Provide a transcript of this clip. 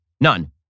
None